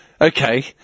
Okay